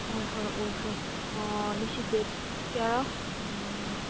ꯍꯣꯏ ꯍꯣꯏ ꯎꯈ꯭ꯔꯦ ꯉꯁꯤ ꯗꯦꯗ ꯀꯌꯥꯔꯥ